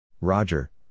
Roger